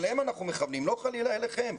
אליהם אנחנו מכוונים ולא חלילה אליכם.